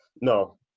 No